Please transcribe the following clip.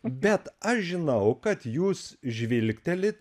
bet aš žinau kad jūs žvilgtelit